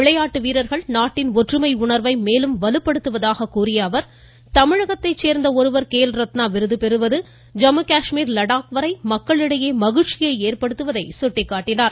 விளையாட்டு வீரர்கள் நாட்டின் ஒற்றுமை உணர்வை மேலும் வலுப்படுத்துவதாக கூறிய அவர் தமிழகத்தைச் சோ்ந்த ஒருவர் கேல் ரத்னா விருது பெறுவது லடாக் வரை மக்களிடையே மகிழ்ச்சியை ஏற்படுத்துவதை சுட்டிக்காட்டினார்